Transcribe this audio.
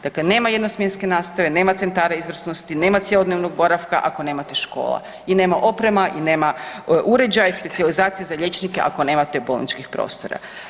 Dakle, nema jednosmjenske nastave, nema centara izvrsnosti, nema cjelodnevnog boravka ako nemate škola i nema oprema i nema uređaja i specijalizacije za liječnike ako nemate bolničkih prostora.